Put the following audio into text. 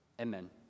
Amen